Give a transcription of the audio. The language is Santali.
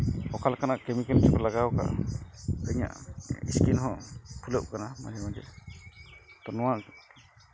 ᱚᱠᱟ ᱞᱮᱠᱟᱱᱟᱜ ᱠᱮᱹᱢᱤᱠᱮᱹᱞ ᱪᱚᱠᱚ ᱞᱟᱜᱟᱣ ᱠᱟᱜᱼᱟ ᱤᱧᱟᱹᱜ ᱤᱥᱠᱤᱱ ᱦᱚᱸ ᱯᱷᱩᱞᱟᱹᱜ ᱠᱟᱱᱟ ᱢᱟᱡᱷᱮ ᱢᱟᱡᱷᱮ ᱛᱳ ᱱᱚᱣᱟ